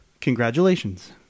congratulations